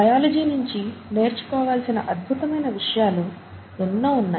biology నించి నేర్చుకోవాల్సిన అద్భుతమైన విషయాలు ఎన్నో ఉన్నాయి